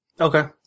Okay